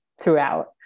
throughout